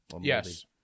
Yes